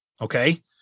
Okay